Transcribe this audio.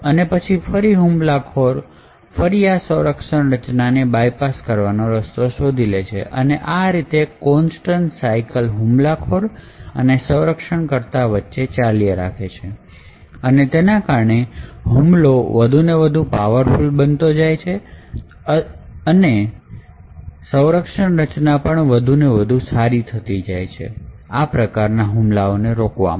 અને પછી હુમલાખોર ફરી આ સૌરક્ષણ રચનાને બાયપાસ કરવાનો રસ્તો શોધી લે છે અને આ રીતે આ કોંસ્ટંટ સાયકલ હુમલાખોર અને સૌરક્ષણ કરતા વચ્ચે ચાલ્યા રાખે છે અને તેના કારણે હુમલો વધુ ને વધુ પાવરફુલ બનતા જાય છે અને તેથી સૌરક્ષણ રચનાઓ વધુ ને વધુ સારી થતી જાય છે આ પ્રકારના હુમલા રોકવા માટે